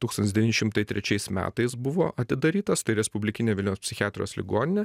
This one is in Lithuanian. tūkstantis devyni šimtai trečiais metais buvo atidarytas tai respublikinė vilniaus psichiatrijos ligoninė